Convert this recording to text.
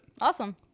Awesome